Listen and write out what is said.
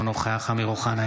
אינו נוכח אמיר אוחנה,